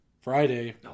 Friday